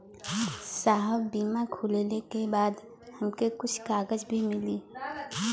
साहब बीमा खुलले के बाद हमके कुछ कागज भी मिली?